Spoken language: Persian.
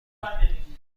بود